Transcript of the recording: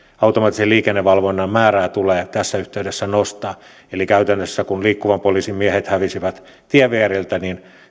automaattisen liikennevalvonnan määrää tulee tässä yhteydessä nostaa eli käytännössä kun liikkuvan poliisin miehet hävisivät tienvieriltä